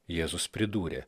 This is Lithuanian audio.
jėzus pridūrė